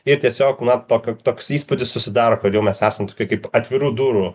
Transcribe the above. ir tiesiog na tokio toks įspūdis susidaro kad jau mes esam tokie kaip atvirų durų